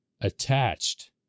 attached